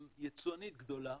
הם יצואנית גדולה.